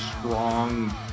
strong